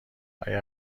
آیا